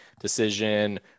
decision